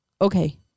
okay